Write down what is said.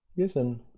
isn't,